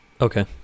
Okay